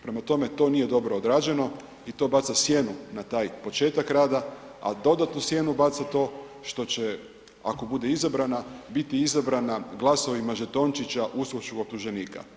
Prema tome, to nije dobro odrađeno i to baca sjenu na taj početak rada, a dodatnu sjenu baca to što će, ako bude izabrana, biti izabrana glasovima žetončića uskočkog optuženika.